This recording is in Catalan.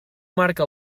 marca